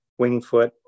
wingfoot